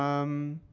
um,